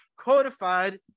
codified